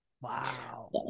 Wow